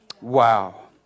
Wow